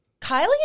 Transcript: Kylie